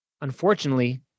unfortunately